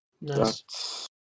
Yes